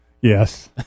Yes